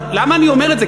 למה אני אומר את זה?